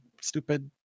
stupid